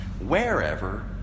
wherever